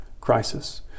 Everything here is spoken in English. crisis